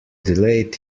delayed